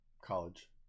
College